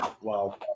wow